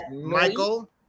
Michael